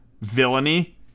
villainy